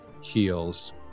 heals